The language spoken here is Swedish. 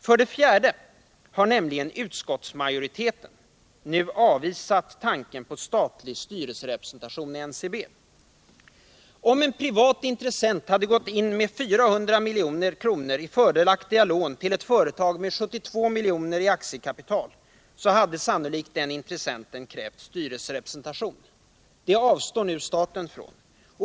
För det fjärde har nämligen utskottsmajoriteten nu avvisat tanken på statlig styrelserepresentation i NCB. Om en privat intressent hade gått in med 400 milj.kr. i fördelaktiga lån till ett företag med 72 milj.kr. i aktiekapital, hade sannolikt denne intressent krävt styrelserepresentation. Det avstår nu staten från.